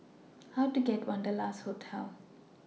How Do I get to Wanderlust Hotel